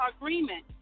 agreement